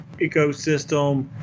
ecosystem